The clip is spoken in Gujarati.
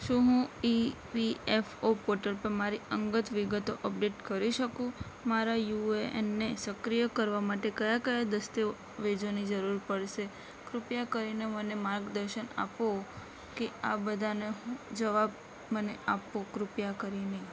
શું હું ઈપીએફઓ પોર્ટલ પર મારી અંગત વિગતો અપડેટ કરી શકું મારા યુએએનને સક્રિય કરવા માટે કયા કયા દસ્તાવેજોની જરૂર પડશે કૃપયા કરીને મને માર્ગદર્શન આપો કે આ બધાંને હું જવાબ મને આપો કૃપયા કરીને